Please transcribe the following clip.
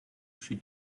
she